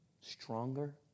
stronger